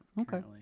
Okay